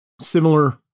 similar